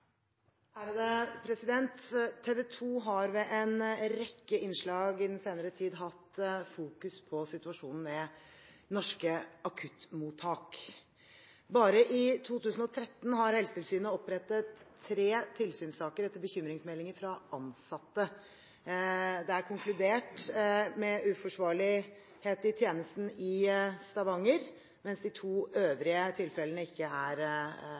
har ved en rekke innslag i den senere tid fokusert på situasjonen ved norske akuttmottak. Bare i 2013 har Helsetilsynet opprettet tre tilsynssaker etter bekymringsmeldinger fra ansatte. Det er konkludert med uforsvarlighet i tjenesten i Stavanger, mens de to øvrige tilfellene ikke er